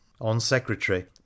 On-Secretary